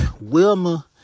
Wilma